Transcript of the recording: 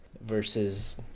versus